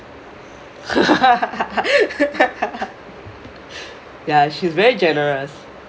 ya she is very generous